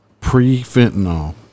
Pre-fentanyl